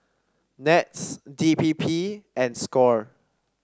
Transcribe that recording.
NETS D P P and Score